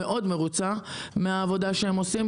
מרוצה מאוד מהעבודה שהם עושים,